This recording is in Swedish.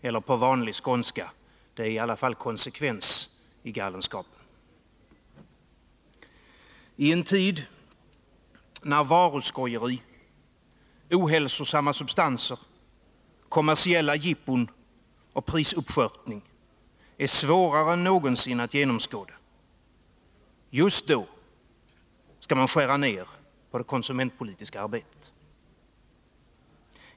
Eller på vanlig skånska: Det är i alla fall konsekvens i galenskapen. I en tid när varuskojeri, ohälsosamma substanser, kommersiella jippon och prisuppskörtning är svårare än någonsin att genomskåda — just då skall man skära ner på det konsumentpolitiska arbetet.